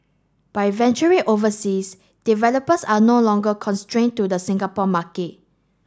by venturing overseas developers are no longer constrained to the Singapore market